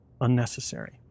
unnecessary